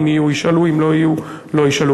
אם יהיו, ישאלו, אם לא יהיו, לא ישאלו.